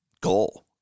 goal